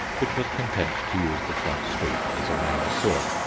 which was content to use the front street as a main sewer.